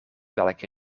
welke